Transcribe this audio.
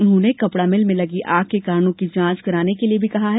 उन्होंने कपड़ा मिल में लगी आग के कारणों की जांच कराने के लिए भी कहा है